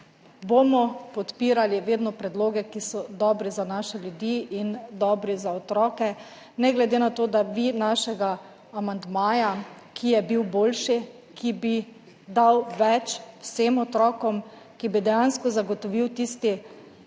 vedno podpirali predloge, ki so dobri za naše ljudi in dobri za otroke. Ne glede na to, da vi našega amandmaja, ki je bil boljši, ki bi dal več vsem otrokom, ki bi dejansko zagotovil tisti